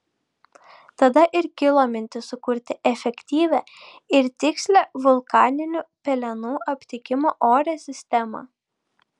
tada ir kilo mintis sukurti efektyvią ir tikslią vulkaninių pelenų aptikimo ore sistemą